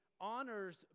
honors